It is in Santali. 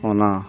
ᱚᱱᱟ